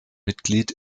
mitglied